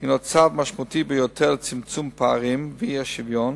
הינה צעד משמעותי ביותר לצמצום הפערים והאי-שוויון,